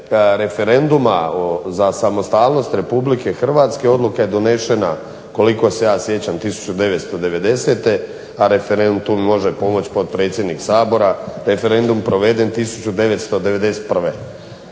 referenduma za samostalnost Republike Hrvatske odluka je donošena koliko se ja sjećam 1990. a referendum može pomoći potpredsjednik Sabora. Referendum proveden 1991.